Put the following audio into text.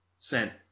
sent